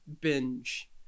binge